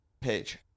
Page